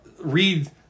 read